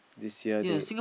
this year they